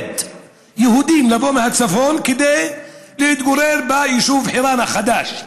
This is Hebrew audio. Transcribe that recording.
יהודים לבוא מהצפון כדי לבוא להתגורר ביישוב חירן החדש,